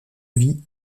vit